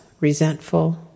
resentful